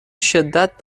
شدت